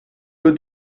uhr